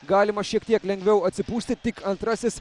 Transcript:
galima šiek tiek lengviau atsipūsti tik antrasis